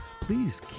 please